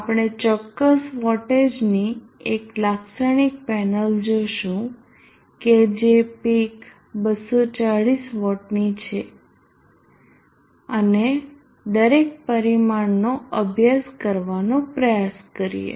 આપણે ચોક્કસ વોટેજની એક લાક્ષણિક પેનલ જોશું જે પીક 240 વોટની છે અને દરેક પરિમાણનો અભ્યાસ કરવાનો પ્રયાસ કરીએ